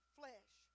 flesh